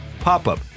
pop-up